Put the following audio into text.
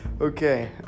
Okay